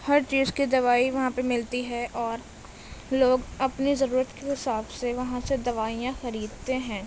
ہر چیز کی دوائی وہاں پہ ملتی ہے اور لوگ اپنی ضرورت کے حساب سے وہاں سے دوائیاں خریدتے ہیں